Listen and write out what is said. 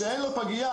שאין לו פגייה,